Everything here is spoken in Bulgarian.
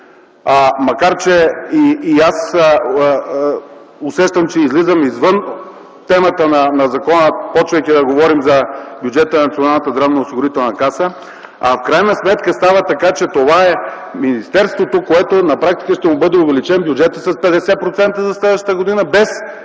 Макар че и аз усещам, че излизам извън темата на закона, започвайки да говорим за бюджета на Националната здравноосигурителна каса, в крайна сметка става така, че това е министерството, което на практика ще му бъде увеличен бюджетът с 50% за следващата година без